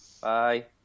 Bye